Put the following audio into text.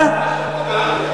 לפני שבוע, באנגליה.